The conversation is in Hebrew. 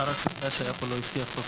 שר הקליטה שהיה פה לא הבטיח שזה